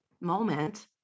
moment